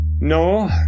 No